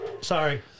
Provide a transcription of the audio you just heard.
Sorry